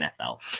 NFL